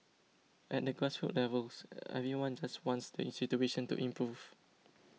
at the grassroots levels everyone just wants the situation to improve